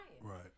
Right